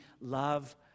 love